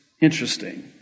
interesting